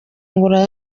bimwe